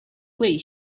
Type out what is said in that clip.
clay